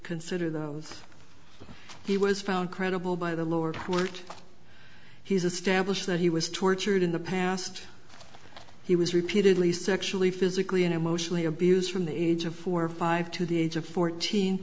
consider that he was found credible by the lower court he's established that he was tortured in the past he was repeatedly sexually physically and emotionally abused from the age of four or five to the age of fourteen